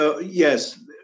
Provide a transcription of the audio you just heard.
yes